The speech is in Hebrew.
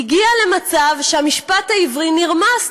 הגיע למצב שהמשפט העברי נרמס,